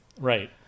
Right